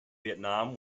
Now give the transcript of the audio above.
vietnam